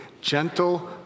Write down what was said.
gentle